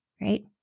right